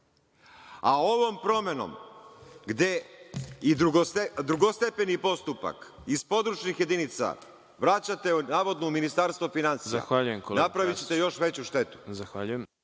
Ovom promenom, gde drugostepeni postupak iz područnih jedinica vraćate navodno u Ministarstvo finansija, napravićete još veću štetu.